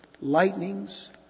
lightnings